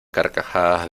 carcajadas